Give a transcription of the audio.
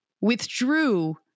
withdrew